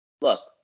Look